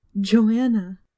Joanna